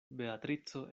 beatrico